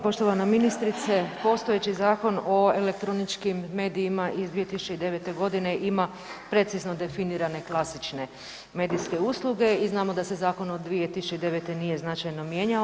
Poštovana ministrice, postojeći Zakon o elektroničkim medijima iz 2009.g. ima precizno definirane klasične medijske usluge i znamo da se zakon od 2009. nije značajno mijenjao.